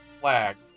flags